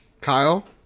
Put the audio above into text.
Kyle